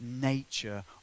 nature